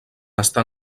està